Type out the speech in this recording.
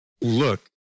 look